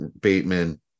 Bateman